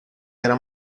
era